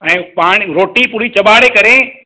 ऐं पाण रोटी पूरी चॿारे करे